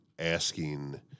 asking